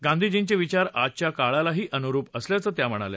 गांधीजींचे विचार आजच्या काळालाही अनुरूप असल्याचं त्या म्हणाल्या